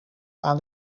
aan